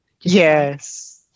Yes